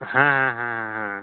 ᱦᱮᱸ ᱦᱮᱸ ᱦᱮᱸ